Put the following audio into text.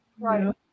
Right